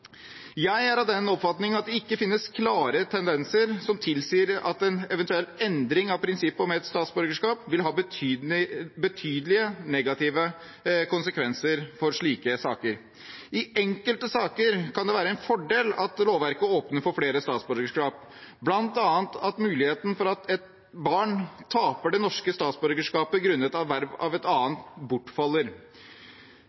Jeg er av den oppfatning at det ikke finnes klare tendenser som tilsier at en eventuell endring av prinsippet om ett statsborgerskap vil ha betydelige negative konsekvenser for slike saker. I enkelte saker kan det være en fordel at lovverket åpner for flere statsborgerskap, bl.a. ved at muligheten for at et barn taper det norske statsborgerskapet grunnet erverv av et